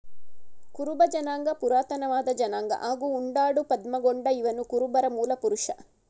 ಕುರುಬ ಜನಾಂಗ ಪುರಾತನವಾದ ಜನಾಂಗ ಹಾಗೂ ಉಂಡಾಡು ಪದ್ಮಗೊಂಡ ಇವನುಕುರುಬರ ಮೂಲಪುರುಷ